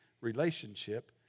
relationship